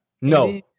No